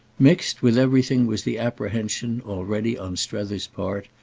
mixed with everything was the apprehension, already, on strether's part,